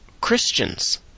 Christians